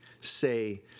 say